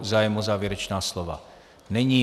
Zájem o závěrečná slova není.